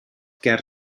ger